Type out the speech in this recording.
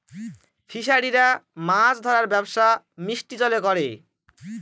ফিসারিরা মাছ ধরার ব্যবসা মিষ্টি জলে করে